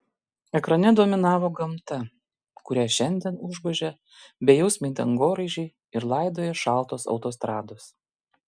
ekrane dominavo gamta kurią šiandien užgožia bejausmiai dangoraižiai ir laidoja šaltos autostrados